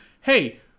Hey